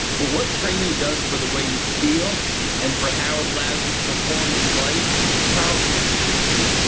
well what training does for the way you feel and for how it allows you to perform in life, the confidence it gives you,